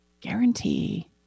guarantee